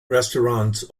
restaurants